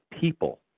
people